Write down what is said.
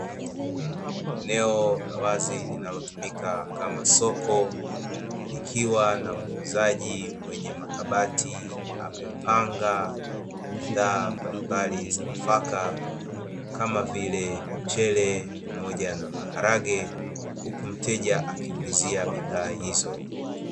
Eneo la wazi linalotumika kama soko, likiwa na muuzaji mwenye makabati amepanga bidhaa mbalimbali za nafaka kama vile, mchele pamoja na maharage huku mteja akiulizia bidhaa hizo.